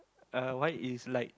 uh white is light